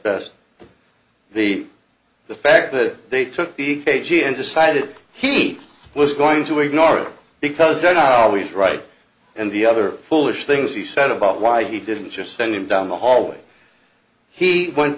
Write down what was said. and the the fact that they took the cagey and decided he was going to ignore it because they're not always right and the other bullish things he said about why he didn't just send him down the hallway he went